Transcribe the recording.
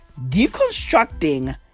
Deconstructing